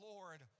Lord